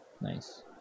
Nice